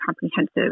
comprehensive